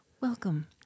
Welcome